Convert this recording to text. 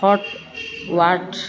fort worth